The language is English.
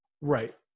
Right